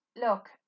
look